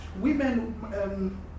Women